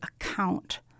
account